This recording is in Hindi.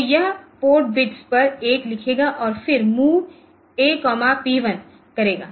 तो यह पोर्ट बिट्स पर एक लिखेगा और फिर move A P 1Mov ap1 करेगा